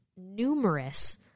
numerous